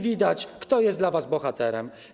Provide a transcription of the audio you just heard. Widać, kto jest dla was bohaterem.